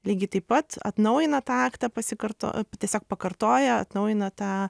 lygiai taip pat atnaujina tą aktą pasikarto tiesiog pakartoja atnaujina tą